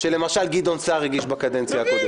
שלמשל גדעון סער הגיש בקדנציה הקודמת.